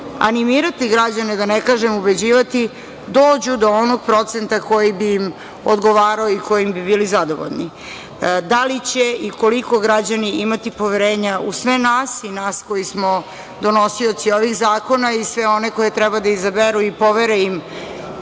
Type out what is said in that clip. animirati građane, da ne kažem ubeđivati, dođu do onog procenta koji bi im odgovarao i kojim bi bili zadovoljni. Da li će i koliko građani imati poverenje u sve nas i nas koji smo donosioci ovih zakona i sve one koje treba da izaberu i povere im